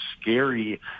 scary